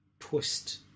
twist